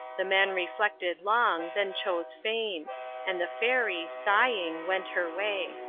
the man reflected long, then chose fame and the fairy, sighing, went her way.